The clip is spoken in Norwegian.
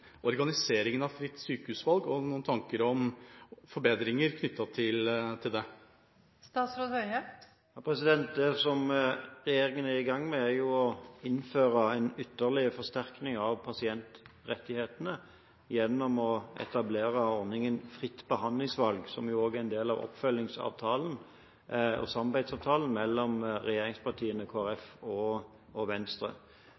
forbedringer knyttet til det? Det som regjeringen er i gang med, er å innføre en ytterligere forsterkning av pasientrettighetene gjennom å etablere ordningen «fritt behandlingsvalg», som jo også er en del av oppfølgingsavtalen og samarbeidsavtalen mellom regjeringspartiene